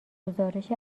گزارش